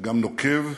וגם נוקב,